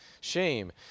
shame